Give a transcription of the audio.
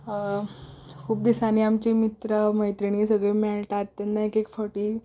खूब दिसांनी आमचे मित्र मैत्रिणी सगल्यो मेळटात तेन्ना एकेक फावटी